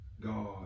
God